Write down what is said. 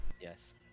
Yes